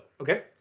Okay